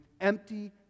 empty